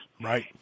Right